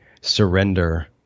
surrender